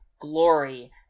glory